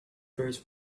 birds